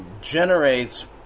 generates